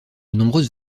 nombreuses